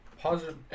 Positive